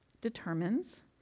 determines